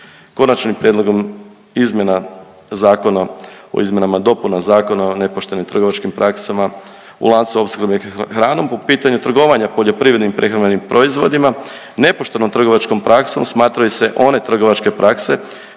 Konačnim prijedlogom izmjena Zakona o izmjenama i dopunama Zakona o nepoštenim trgovačkim praksama u lancu opskrbe hranom po pitanju trgovanja poljoprivrednim prehrambenih proizvodima nepoštenom trgovačkom praksom smatraju se one trgovačke prakse